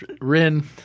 Rin